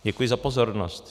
Děkuji za pozornost.